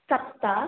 सप्त